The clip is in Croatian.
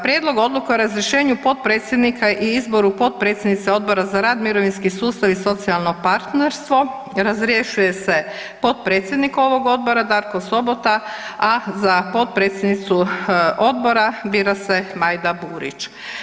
Prijedlog Odluke o razrješenju potpredsjednika i izboru potpredsjednice Odbora za rad, mirovinski sustav i socijalno partnerstvo, razrješuje se potpredsjednik ovog odbora Darko Sobota, a za potpredsjednicu odbora bira se Majda Burić.